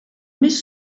més